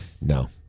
No